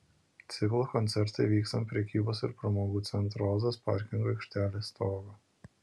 ciklo koncertai vyks ant prekybos ir pramogų centro ozas parkingo aikštelės stogo